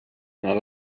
nad